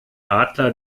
adler